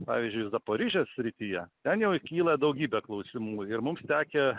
pavyzdžiui zaporižės srityje ten jau kyla daugybė klausimų ir mums tekę